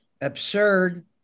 absurd